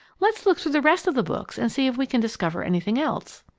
let's look through the rest of the books and see if we can discover anything else.